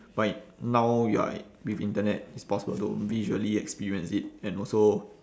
but now you're with internet it's possible to visually experience it and also